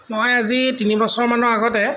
মই আজি তিনি বছৰমানৰ আগতে